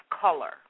color